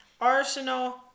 Arsenal